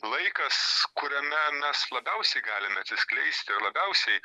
laikas kuriame mes labiausiai galime atsiskleisti ir labiausiai